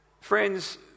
Friends